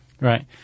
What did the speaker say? Right